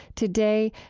today,